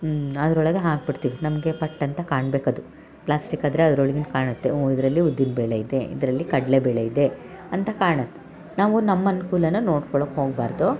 ಅದ್ರೊಳಗೆ ಹಾಕ್ಬಿಡ್ತೀವಿ ನಮಗೆ ಪಟ್ಟಂತ ಕಾಣ್ಬೇಕದು ಪ್ಲಾಸ್ಟಿಕ್ ಆದರೆ ಅದ್ರೊಳ್ಗಿಂದ ಕಾಣುತ್ತೆ ಓ ಇದರಲ್ಲಿ ಉದ್ದಿನ ಬೇಳೆ ಇದೆ ಇದರಲ್ಲಿ ಕಡ್ಲೆಬೇಳೆ ಇದೆ ಅಂತ ಕಾಣತ್ತೆ ನಾವು ನಮ್ಮ ಅನುಕೂಲನ ನೋಡ್ಕೊಳಕ್ಕೆ ಹೋಗ್ಬಾರದು